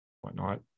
whatnot